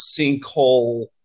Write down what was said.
sinkhole